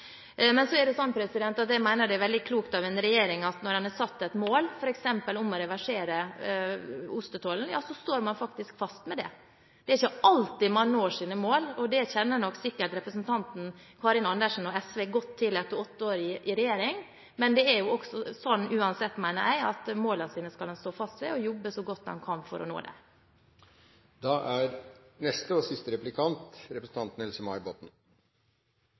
mener jeg at det er veldig klokt av en regjering faktisk å stå fast på det. Det er ikke alltid man når sine mål – det kjenner nok sikkert representanten Karin Andersen og SV godt til etter åtte år i regjering – men målene skal man uansett stå fast ved og jobbe så godt man kan for å nå dem, mener jeg. Når man ikke når målene sine fordi man er